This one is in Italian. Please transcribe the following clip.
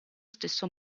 stesso